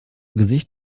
gesicht